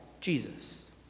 Jesus